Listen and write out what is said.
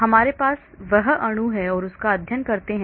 हमारे पास बस वह अणु है और उसका अध्ययन करते हैं